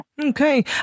Okay